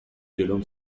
جلوم